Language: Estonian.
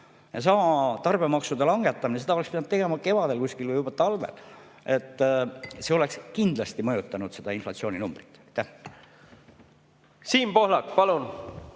Seesama tarbimismaksude langetamine, seda oleks pidanud tegema kevadel kuskil või juba talvel. See oleks kindlasti mõjutanud seda inflatsiooninumbrit. Siim Pohlak, palun!